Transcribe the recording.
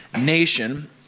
nation